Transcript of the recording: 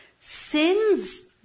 Sins